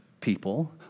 people